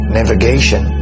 navigation